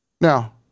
Now